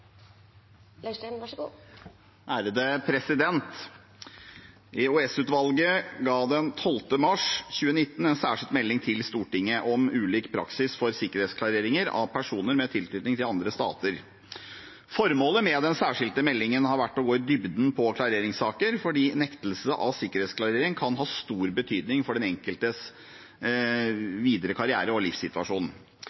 ga den 12. mars 2019 en særskilt melding til Stortinget om ulik praksis for sikkerhetsklarering av personer med tilknytning til andre stater. Formålet med den særskilte meldingen har vært å gå i dybden på klareringssaker, fordi nektelse av sikkerhetsklarering kan ha stor betydning for den enkeltes